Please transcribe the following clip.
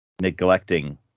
neglecting